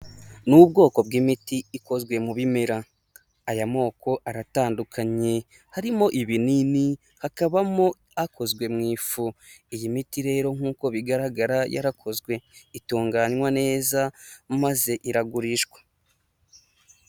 Ni ubwoko bw'imiti ikozwe mu bimera, aya moko aratandukanye, harimo ibinini hakabamo akozwe mu ifu, iyi miti rero nk'uko bigaragara yarakozwe itunganywa neza maze iragurishwa.